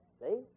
see